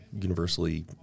universally